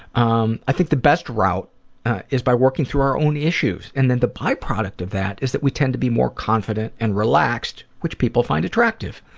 um i think the best route is by working through our own issues and then the by-product of that is that we tend to be more confident and relaxed which people find attractive.